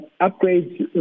upgrades